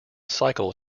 cycle